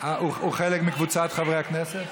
הוא חלק מקבוצת חברי הכנסת?